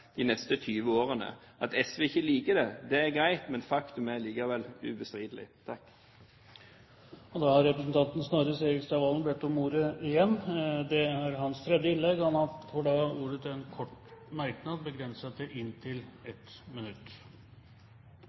de neste 20 årene. At SV ikke liker det, er greit, men faktum er likevel ubestridelig. Snorre Serigstad Valen har hatt ordet to ganger tidligere og får ordet til en kort merknad, begrenset til 1 minutt. Jeg forstår at Fremskrittspartiet synes det er ubehagelig at det for det første ses en